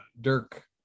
Dirk